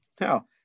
Now